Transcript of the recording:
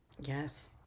Yes